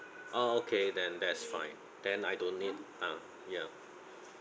oh okay then that's fine then I don't need ah ya